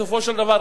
בסופו של דבר,